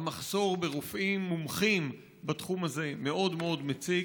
המחסור ברופאים מומחים מאוד מאוד מציק.